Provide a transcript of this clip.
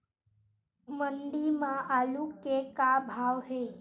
मंडी म आलू के का भाव हे?